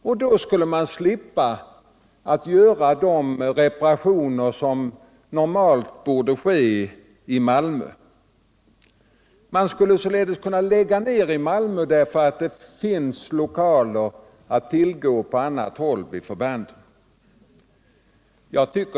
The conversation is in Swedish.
Och då skulle man slippa göra de reparationer som borde ske i Malmö. Man skulle således kunna lägga ned i Malmö därför att det finns lokaler att tillgå vid förband på andra håll.